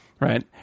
Right